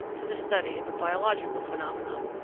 to the study of biological phenomena.